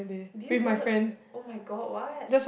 do you go so [oh]-my-god what